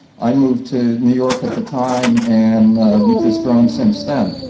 i moved to new york at the time and we've just grown since then.